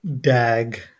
Dag